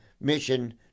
mission